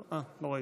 אה, לא ראיתי.